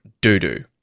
doo-doo